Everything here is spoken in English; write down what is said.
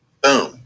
Boom